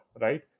right